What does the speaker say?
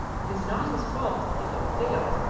it is not his fault if it failed,